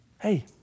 Hey